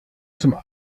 zum